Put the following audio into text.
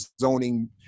zoning